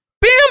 Bam